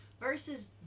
versus